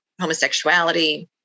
homosexuality